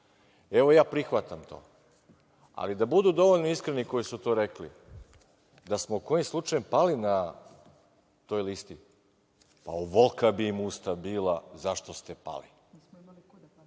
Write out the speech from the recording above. Prihvatam to, ali da budu dovoljno iskreni koji su to rekli. Da smo kojim slučajem pali na toj listi, pa ovolika bi im usta bila zašto ste